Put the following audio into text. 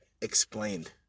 explained